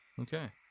Okay